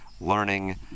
learning